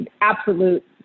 absolute